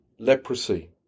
leprosy